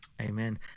Amen